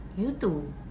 youtube